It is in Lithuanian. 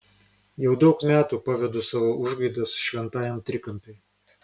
jau daug metų pavedu savo užgaidas šventajam trikampiui